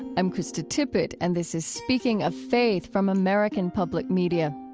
i'm krista tippett, and this is speaking of faith from american public media.